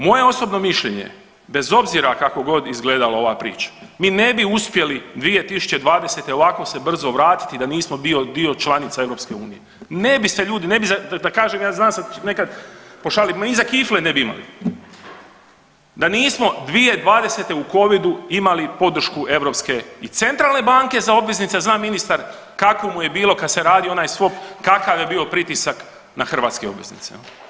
Moje osobno mišljenje, bez obzira, kako god izgledalo ova priča, mi ne bi uspjeli 2020. ovako se brzo vratiti da nismo bili dio članica EU, ne bi se, ljudi, ne bi, da kažem, ja znam se nekad pošaliti, ma ni za kifle ne bi imali da nismo 2020. u Covidu imali podršku europske i Centralne banke za obveznice, zna ministar kako mu je bilo kad se radi onaj SWAP, kakav je bio pritisak na hrvatske obveznice.